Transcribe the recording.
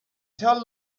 tell